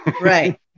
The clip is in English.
Right